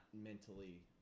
mentally